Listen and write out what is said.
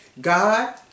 God